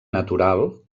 natural